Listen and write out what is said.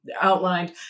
outlined